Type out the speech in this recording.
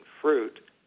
fruit